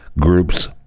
groups